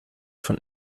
von